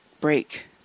break